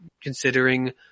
considering